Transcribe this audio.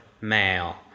male